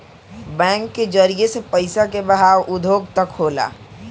bank के जरिए से पइसा के बहाव उद्योग तक होला